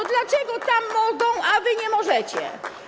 To dlaczego tam mogą, a wy nie możecie?